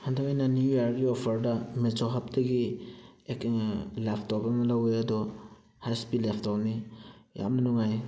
ꯍꯟꯗꯛ ꯑꯩꯅ ꯅ꯭ꯌꯨ ꯌꯥꯔꯒꯤ ꯑꯣꯐꯔꯗ ꯃꯦꯖꯣ ꯍꯞꯇꯒꯤ ꯂꯦꯞꯇꯣꯞ ꯑꯃ ꯂꯧꯋꯦ ꯑꯗꯣ ꯍꯩꯁ ꯄꯤ ꯂꯦꯞꯇꯣꯞꯅꯤ ꯌꯥꯝꯅ ꯅꯨꯡꯉꯥꯏ